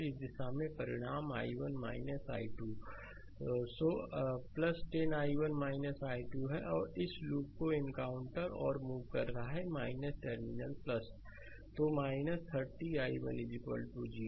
तो इस दिशा में परिणाम i1 i2 so 10 i1 i2 है और इस लूप को एनकाउंटर और मूव कर रहा है टर्मिनल तो 30 i1 0